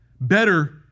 better